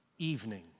Evening